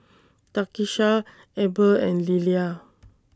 Takisha Eber and Lillia